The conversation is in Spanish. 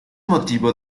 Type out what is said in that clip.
motivo